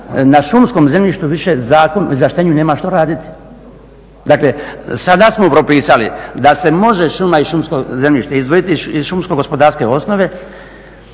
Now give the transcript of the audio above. na šumskom zemljištu više Zakon o izvlaštenju nema što raditi. Dakle, sada smo propisali da se može šuma i šumsko zemljište izdvojiti iz šumsko-gospodarske osnove